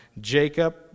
Jacob